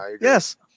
yes